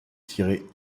tiré